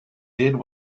did